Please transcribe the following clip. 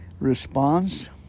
response